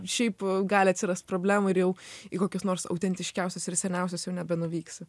šiaip gali atsirast problemų ir jau į kokius nors autentiškiausius ir seniausius jau nebenuvyksi